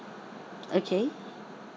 okay